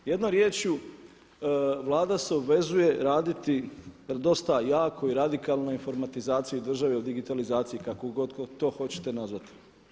Jednom riječju, Vlada se obvezuje raditi jer dosta jakoj i radikalnoj informatizaciji države o digitalizaciji kako god to hoćete nazvati.